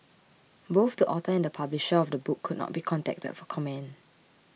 both the author and publisher of the book could not be contacted for comment